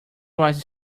was